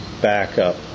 backup